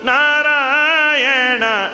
Narayana